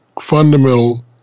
fundamental